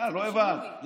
לא הבנת.